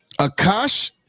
Akash